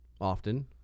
often